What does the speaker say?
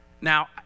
Now